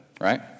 right